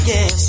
Yes